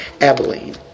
Abilene